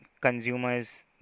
consumers